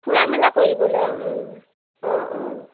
ফুৰা মেলা কৰিবলৈ অঁ অঁ